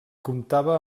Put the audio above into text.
comptava